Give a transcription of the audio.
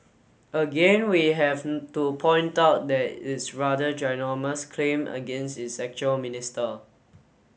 again we have to point out that it's rather ginormous claim against is actual minister